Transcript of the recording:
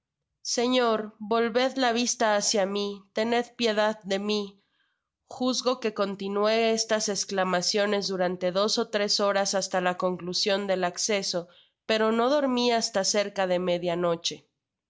señor volved la vista hacia mi tened piedad de mi juzgo que continue estas esclamaciones durante dos ó tres horas hasta la conclusion del acceso pero no dormi hasta cerca de